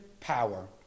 power